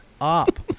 up